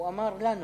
הוא אמר לנו